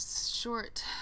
short